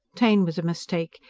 taine was a mistake.